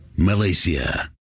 Malaysia